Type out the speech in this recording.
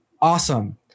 awesome